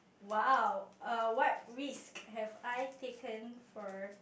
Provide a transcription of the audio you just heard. !wow! err what risk have I taken for